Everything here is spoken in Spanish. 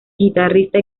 guitarrista